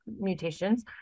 mutations